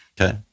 Okay